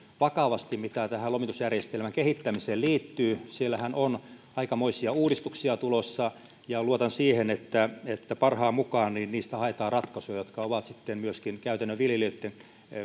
vakavasti mitä tähän lomitusjärjestelmän kehittämiseen liittyy siellähän on aikamoisia uudistuksia tulossa ja luotan siihen että että parhaan mukaan niistä haetaan ratkaisuja jotka ovat sitten myöskin käytännön viljelijöitten